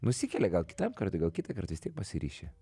nusikelia gal kitam kartui gal kitąkart vis tiek pasiryši